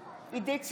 נוכח עידית סילמן,